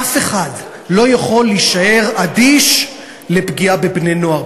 אף אחד לא יכול להישאר אדיש לפגיעה בבני-נוער,